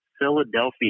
Philadelphia